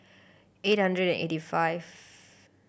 eight hundred eighty five